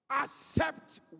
Accept